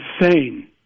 insane